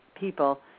people